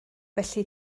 felly